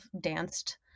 danced